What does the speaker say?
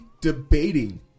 debating